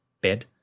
bed